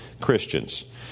Christians